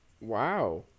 wow